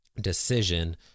decision